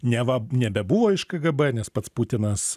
neva nebebuvo iš kgb nes pats putinas